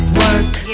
work